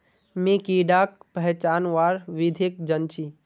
मी कीडाक पहचानवार विधिक जन छी